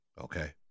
okay